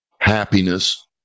Happiness